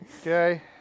Okay